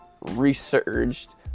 resurged